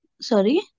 Sorry